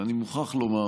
ואני מוכרח לומר